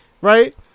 right